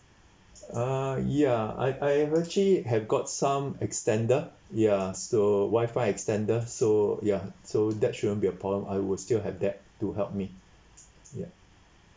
uh ya I I actually have got some extender ya so Wi-Fi extender so ya so that shouldn't be a problem I would still have that to help me yup